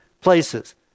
places